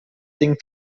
ding